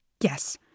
Yes